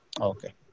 Okay